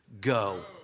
Go